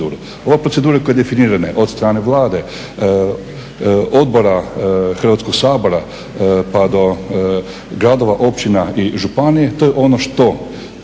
Ova procedura koja je definira od strane Vlade, Odbora Hrvatskog sabora pa do gradova, općina i županija to je ono što